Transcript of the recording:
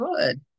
good